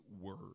Word